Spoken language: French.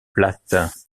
plates